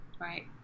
Right